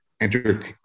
Enter